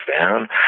down